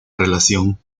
relación